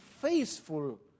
faithful